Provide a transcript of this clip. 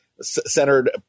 centered